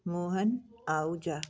Mohan Ahuja